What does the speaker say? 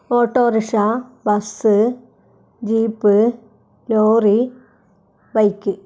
autorickshaw bus jeep lorry bike